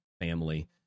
family